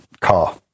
car